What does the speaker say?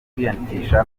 kwiyandikisha